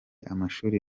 amashuri